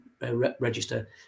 register